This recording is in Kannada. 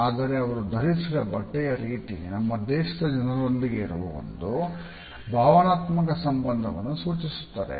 ಆದರೆ ಅವರು ಧರಿಸಿದ ಬಟ್ಟೆಯ ರೀತಿ ನಮ್ಮ ದೇಶದ ಜನರೊಂದಿಗೆ ಇರುವ ಒಂದು ಭಾವನಾತ್ಮಕ ಸಂಬಂಧವನ್ನು ಸೂಚಿಸುತ್ತದೆ